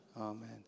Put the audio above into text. Amen